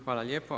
Hvala lijepo.